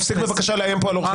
תפסיק בבקשה לאיים פה על אורחים.